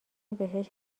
بهش